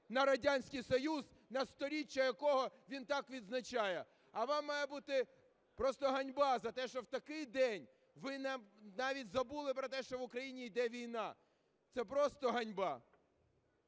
на Радянський Союз, сторіччя якого він так відзначає. А вам має бути просто ганьба, за те, що в такий день ви навіть забули про те, що в Україні йде війна. Це просто ганьба.